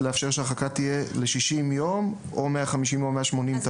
שהרחקה תהיה ל-60 יום או 150 יום או 180 יום,